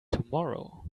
tomorrow